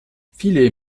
viele